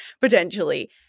potentially